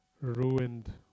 ruined